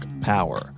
power